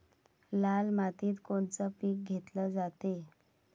लाल मातीत कोनचं पीक घेतलं जाते?